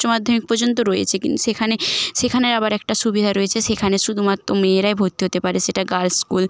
উচ্চ মাধ্যমিক পর্যন্ত রয়েছে কিন্তু সেখানে সেখানের আবার একটা সুবিধা রয়েছে সেখানে শুধুমাত্র মেয়েরাই ভর্তি হতে পারে সেটা গার্লস স্কুল